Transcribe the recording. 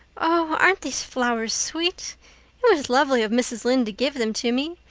oh, aren't these flowers sweet! it was lovely of mrs. lynde to give them to me.